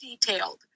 detailed